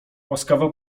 łaskawa